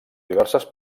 diverses